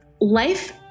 life